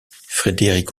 frédéric